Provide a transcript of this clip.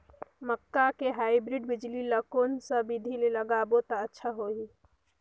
मक्का के हाईब्रिड बिजली ल कोन सा बिधी ले लगाबो त अच्छा होहि?